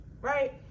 right